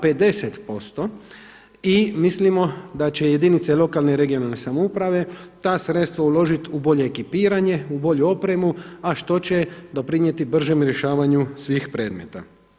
50% i mislimo da će jedinice lokalne i regionalne samouprave ta sredstva uložiti u bolje ekipiranje, u bolju opremu, a što će doprinijeti bržem rješavanju svih predmeta.